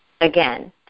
again